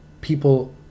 People